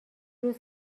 روز